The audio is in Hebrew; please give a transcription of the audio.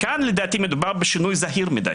כאן לדעתי מדובר בשינוי זהיר מדי,